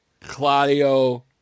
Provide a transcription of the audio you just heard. Claudio